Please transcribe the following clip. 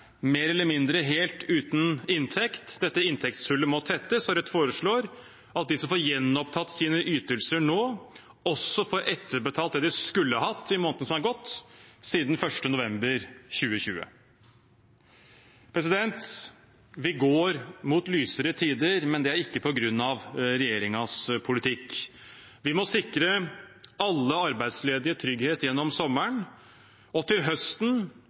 mer eller mindre helt uten inntekt. Dette inntektshullet må tettes, og Rødt foreslår at de som får gjenopptatt sine ytelser nå, også får etterbetalt det de skulle hatt i månedene som er gått siden 1. november 2020. Vi går mot lysere tider, men det er ikke på grunn av regjeringens politikk. Vi må sikre alle arbeidsledige trygghet gjennom sommeren. Til høsten